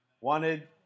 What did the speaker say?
wanted